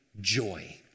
joy